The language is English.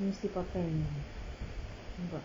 ni mesti pakai punya nampak